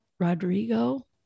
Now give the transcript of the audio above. Rodrigo